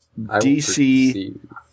DC